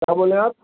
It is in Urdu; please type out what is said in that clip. کیا بولے آپ